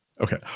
Okay